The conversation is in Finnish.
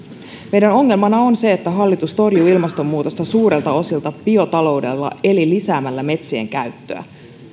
meidän ongelmanamme on se että hallitus torjuu ilmastonmuutosta suurilta osilta biotaloudella eli lisäämällä metsien käyttöä